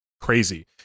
crazy